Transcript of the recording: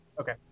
Okay